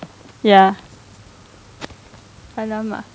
ya !alamak!